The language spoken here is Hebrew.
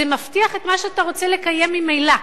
זה מבטיח את מה שאתה רוצה לקיים ממילא.